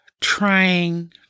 trying